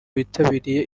witabiriye